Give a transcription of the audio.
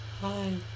Hi